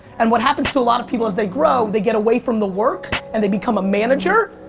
and what happens to a lot of people as they grow, they get away from the work, and they become a manager,